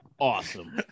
awesome